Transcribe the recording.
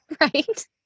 right